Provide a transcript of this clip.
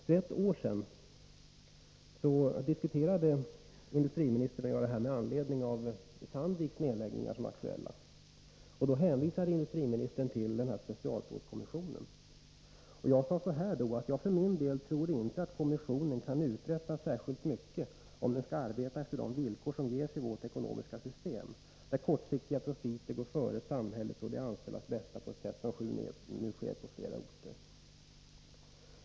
För ett år sedan diskuterade industriministern och jag det här med anledning av Sandviks nedläggningar, som var aktuella. Då hänvisade industriministern till specialstålskommissionen. Jag sade att jag för min del inte trodde att kommissionen kunde uträtta särskilt mycket, om den skulle arbeta efter de villkor som ges i vårt ekonomiska system, där kortsiktiga profiter går före samhällets och de anställdas bästa på ett sätt som nu sker på flera orter.